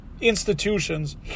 institutions